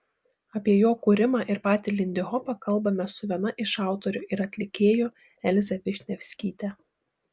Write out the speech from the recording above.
apie jo kūrimą ir patį lindihopą kalbamės su viena iš autorių ir atlikėjų elze višnevskyte